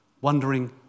Wondering